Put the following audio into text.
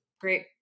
Great